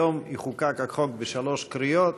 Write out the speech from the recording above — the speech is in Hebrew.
היום יחוקק החוק בשלוש קריאות,